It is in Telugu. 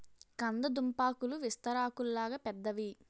కంద దుంపాకులు విస్తరాకుల్లాగా పెద్దవి